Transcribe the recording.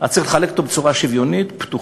ואז צריך לחלק אותו בצורה שוויונית פתוחה.